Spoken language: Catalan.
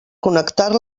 connectar